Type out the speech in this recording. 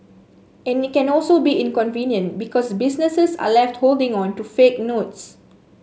and it can also be inconvenient because businesses are left holding on to fake notes